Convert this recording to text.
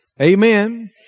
Amen